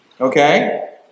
Okay